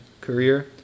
career